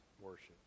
worship